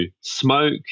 smoke